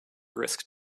risk